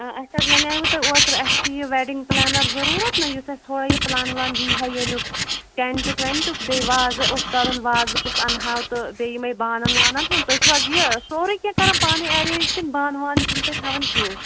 آ اَسہِ حظ وَنیایوٕ تۄہہِ اوترٕ اَسہِ چھِ یہِ وٮ۪ڈِنٛگ پٕلینَر ضٔروٗرت نہ یُس اَسہِ تھوڑا یہِ پٕلان وٕلان دی ہہ ییٚمیُک ٹٮ۪نٹُک وٮ۪نٹُک بیٚیہِ وازٕ اوس کَرُن وازٕ کُس اَنہاو تہٕ بیٚیہِ یِمَے بانَن وانَن ہُنٛد تُہۍ چھُو حظ یہِ سورٕے کیٚنہہ کران پانٕے اٮ۪رینٛج کِنہٕ بانہٕ وانہٕ چھُو نہٕ تُہۍ تھاوان کیٚنہہ